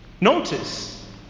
notice